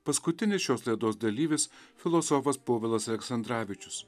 paskutinis šios laidos dalyvis filosofas povilas aleksandravičius